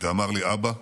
אמר לי: אבא,